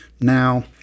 Now